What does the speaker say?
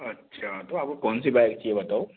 अच्छा तो आपको कौन सी बाइक चाहिए बताओ